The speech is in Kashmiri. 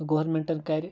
تہٕ گورمیٚنٹَن کَرِ